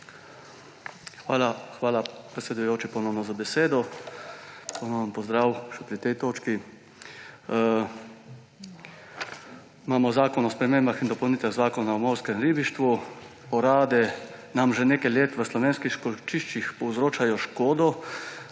Hvala, predsedujoči, ponovno za besedo. Ponoven pozdrav še pri tej točki. Imamo Predlog zakona o spremembah in dopolnitvah Zakona o morskem ribištvu. Orade nam že nekaj let v slovenskih školjčiščih povzročajo škodo,